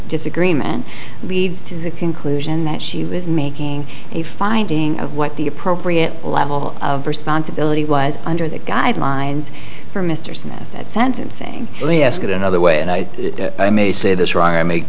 disagreement leads to the conclusion that she was making a finding of what the appropriate level of responsibility was under the guidelines for mr smith at sentencing only ask it another way and i may say this wrong i ma